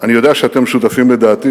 אני יודע שאתם שותפים לדעתי,